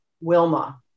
Wilma